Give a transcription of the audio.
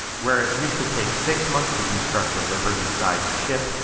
where it used to take six months to construct a liberty sized ship,